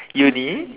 uni